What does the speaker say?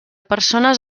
persones